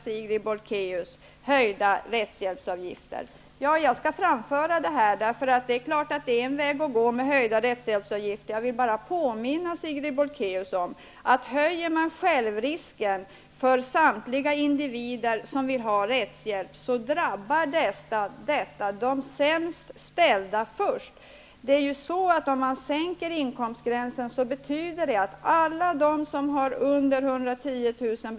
Sigrid Bolkéus föreslår nu höjda rättshjälpsavgifter. Jag skall framföra detta. Det är klart att det är en väg att gå, men jag vill bara påminna Sigrid Bolkéus om att om man höjer självrisken för samtliga individer som ansöker om rättshjälp, drabbar detta de sämst ställda först. Om man sänker inkomstgränsen, betyder det att alla som tjänar under 110 000 kr.